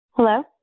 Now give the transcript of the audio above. Hello